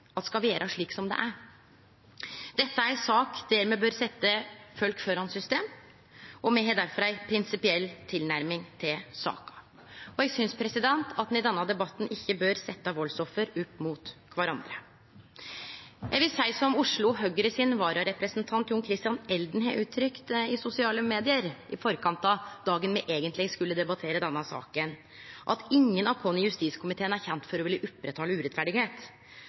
at skal vere slik som dei er. Dette er ei sak der me bør setje folk føre system, og me har difor ei prinsipiell tilnærming til saka. Eg synest at ein i denne debatten ikkje bør setje valdsoffer opp mot kvarandre. Eg vil seie som Oslo Høgres vararepresentant, John Christian Elden, har uttrykt i sosiale medium i forkant av dagen då me eigentleg skulle debattere denne saka, at ingen av oss i justiskomiteen er kjende for å ville oppretthalde